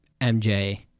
MJ